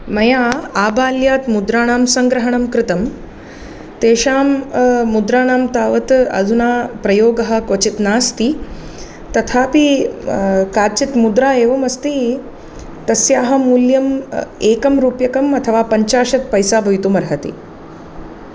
मया आबाल्यात् मुद्राणां सङ्ग्रहणं कृतं तेषां मुद्राणां तावत् अधुना प्रयोगः क्वचित् नास्ति तथापि काचित् मुद्रा एवमस्ति तस्याः मूल्यम् एकं रूप्यकं अथवा पञ्चाशत् पैसा भवितुमर्हति